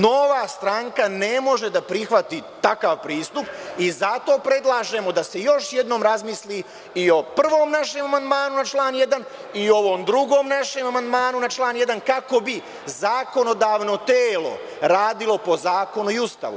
Nova stranka ne može da prihvati takav pristup i zato predlažemo da se još jednom razmisli i o prvom našem amandmanu na član 1. i o ovom drugom amandmanu na član 1. kako bi zakonodavno telo radilo po zakonu i Ustavu.